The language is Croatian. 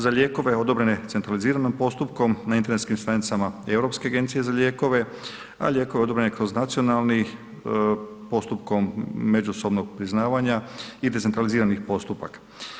Za lijekove odobrene centraliziranim postupkom na internetskim stranicama Europske agencije za lijekove, a lijekove odobrene kroz nacionalni, postupkom međusobnog priznavanja i decentraliziranih postupaka.